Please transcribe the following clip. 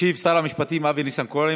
ישיב שר המשפטים אבי ניסנקורן.